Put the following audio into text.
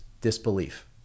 disbelief